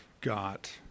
got